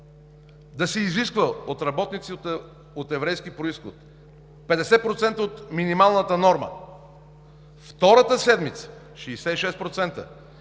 да се изисква от работниците от еврейски произход – 50% от минималната норма; втората седмица – 66%;